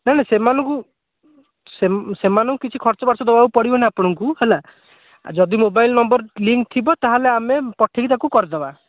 ନା ନା ସେମାନଙ୍କୁ ସେମାନଙ୍କୁ କିଛି ଖର୍ଚ୍ଚବାର୍ଚ୍ଚ ଦେବାକୁ ପଡ଼ିବନି ଆପଣଙ୍କୁ ହେଲା ଯଦି ମୋବାଇଲ୍ ନମ୍ବର ଲିଙ୍କ୍ ଥିବ ତା'ହେଲେ ଆମେ ପଠାଇକି ତାକୁ କରିଦେବା